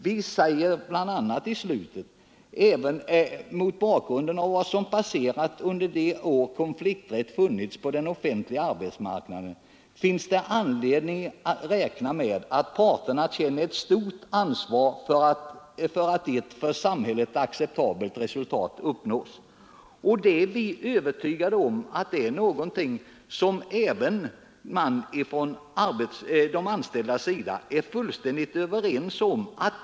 Vi skriver bara på s. 10 i betänkandet: ”Mot bakgrund av vad som passerat under de år konflikträtt funnits på den offentliga arbetsmarknaden finns det anledning räkna med att parterna känner ett stort ansvar för att ett för samhället acceptabelt resultat uppnås.” Vi är övertygade om att det är någonting som också de anställda är överens om.